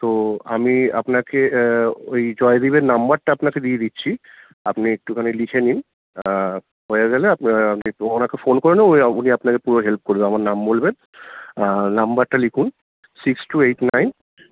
তো আমি আপনাকে ওই জয়দ্বীপের নম্বরটা আপনাকে দিয়ে দিচ্ছি আপনি একটুখানি লিখে নিন হয়ে গেলে আপনার একটু ওঁকে ফোন করে নেবেন ওই উনি আপনাকে পুরো হেল্প করবে আমার নাম বলবেন নম্বরটা লিখুন সিক্স টু এইট নাইন